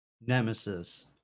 Nemesis